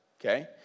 okay